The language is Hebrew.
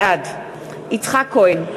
בעד יצחק כהן,